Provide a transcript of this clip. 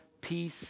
peace